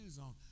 on